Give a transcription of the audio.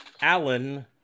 Alan